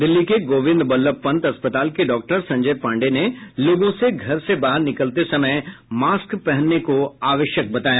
दिल्ली के गोविंद वल्लभ पंत अस्पताल के डॉक्टर संजय पांडेय ने लोगों से घर से बाहर निकलते समय मास्क पहनने को आवश्यक बताया